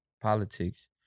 politics